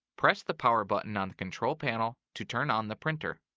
press the power button on the control panel to turn on the printer.